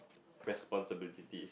responsibility